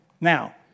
Now